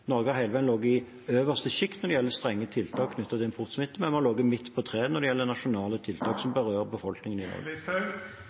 Norge har hele tiden ligget i det øverste sjiktet når det gjelder strenge tiltak knyttet til importsmitte, men vi har ligget midt på treet når det gjelder nasjonale tiltak som